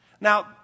Now